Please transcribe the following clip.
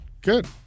Good